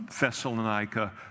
Thessalonica